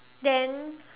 then